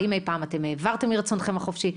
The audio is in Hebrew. האם אי פעם אתם העברתם מרצונכם החופשי?